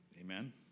Amen